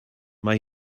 mae